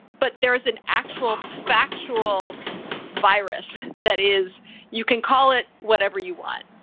but there is an actual factual virus that is you can call it whatever you want.